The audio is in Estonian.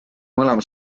mõlema